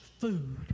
food